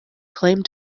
claimed